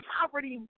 poverty